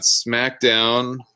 SmackDown